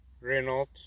Renault